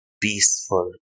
peaceful